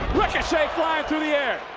ricochet flying through the air.